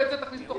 ואת זה צריך לכתוב.